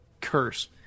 curse